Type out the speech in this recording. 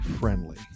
friendly